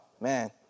Man